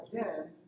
again